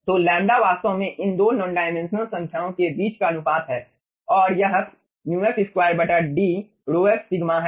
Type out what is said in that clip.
तो लैम्ब्डा वास्तव में इन दो नॉन डायमेंशनल संख्याओं के बीच का अनुपात है और यह μf2 Dρf σ है